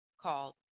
called